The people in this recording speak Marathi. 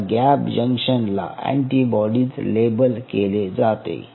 या गॅप जंक्शनला अँटीबॉडीज लेबल केले जाते